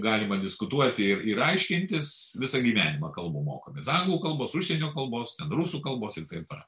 galima diskutuoti ir ir aiškintis visą gyvenimą kalbų mokom anglų kalbos užsienio kalbos rusų kalbos ir taip toliau